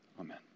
Amen